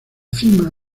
cima